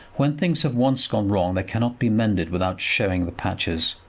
when things have once gone wrong they cannot be mended without showing the patches.